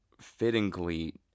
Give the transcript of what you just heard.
fittingly